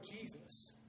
Jesus